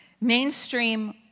Mainstream